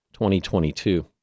2022